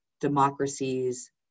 democracies